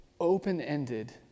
open-ended